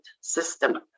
system